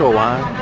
so lun